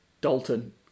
Dalton